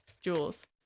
jewels